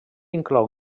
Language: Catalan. inclou